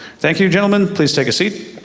thank you gentlemen, please take a seat.